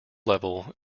level